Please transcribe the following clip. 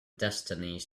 destinies